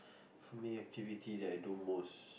for me activity that I do most